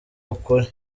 ukuri